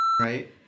right